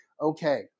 okay